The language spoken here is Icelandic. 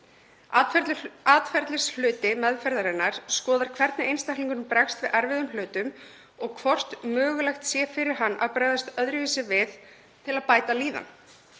atferlishluta meðferðarinnar er skoðað hvernig einstaklingurinn bregst við erfiðum hlutum og hvort mögulegt sé fyrir hann að bregðast öðruvísi við til að bæta líðan.